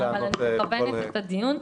אני מכוונת את הדיון,